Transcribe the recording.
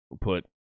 put